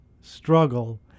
struggle